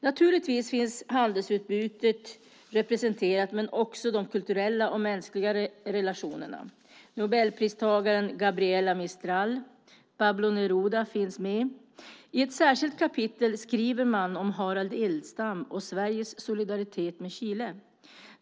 Naturligtvis finns handelsutbytet representerat och även de kulturella och mänskliga relationerna. Nobelpristagarna Gabriela Mistral och Pablo Neruda finns med. I ett särskilt kapitel skriver man om Harald Edelstam och Sveriges solidaritet med Chile.